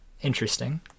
Interesting